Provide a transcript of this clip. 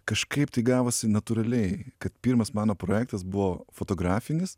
kažkaip tai gavosi natūraliai kad pirmas mano projektas buvo fotografinis